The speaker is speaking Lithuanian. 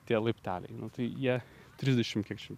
tie laipteliai nu tai jie trisdešim kiek čia